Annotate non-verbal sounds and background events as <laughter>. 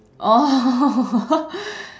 oh <laughs>